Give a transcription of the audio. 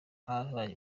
hasi